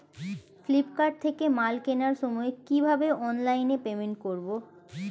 Flipkart থেকে মাল কেনার সময় কিভাবে অনলাইনে পেমেন্ট করব?